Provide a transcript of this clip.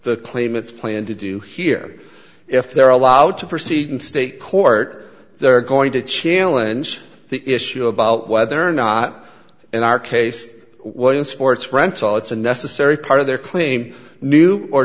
the claimants plan to do here if they're allowed to proceed in state court they're going to challenge the issue about whether or not in our case one sports rental it's a necessary part of their claim knew or